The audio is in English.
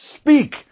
speak